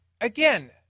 again